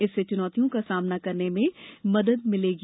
इससे चुनौतियों का सामना करने में मदद मिलेगी